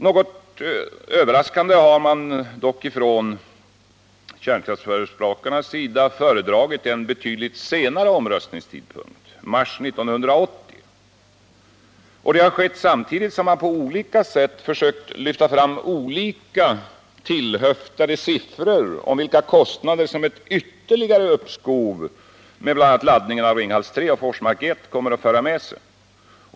Något överraskande har man dock från kärnkraftsförespråkarnas sida föredragit en betydligt senare omröstningstidpunkt— mars 1980. Det har skett samtidigt som man på olika sätt försökt lyfta fram olika tillhöftade siffror om vilka kostnader ett ytterligare uppskov med bl.a. laddningen av Ringhals 3 och Forsmark 1 kommer att föra med sig.